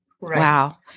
Wow